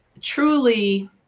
truly